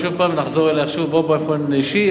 ונחזור אלייך באופן אישי,